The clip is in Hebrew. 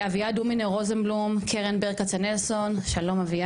אביעד הומינור רוזנבלום, קרן ברל כצנלסון, שלום.